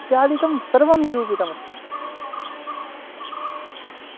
इत्यादिकं सर्वं निरूपितमस्ति